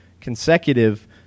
consecutive